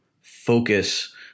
focus